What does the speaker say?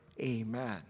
Amen